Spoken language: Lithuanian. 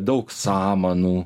daug samanų